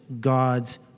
God's